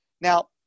Now